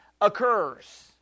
occurs